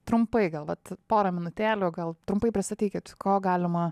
trumpai gal vat porą minutėlių gal trumpai pristatykit ko galima